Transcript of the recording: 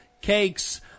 cakes